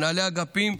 מנהלי האגפים,